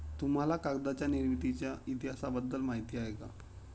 तुम्हाला कागदाच्या निर्मितीच्या इतिहासाबद्दल माहिती आहे का?